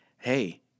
hey